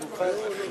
ראש הממשלה הבא.